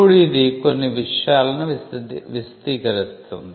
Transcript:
ఇప్పుడు ఇది కొన్ని విషయాలను విశదీకరిస్తుంది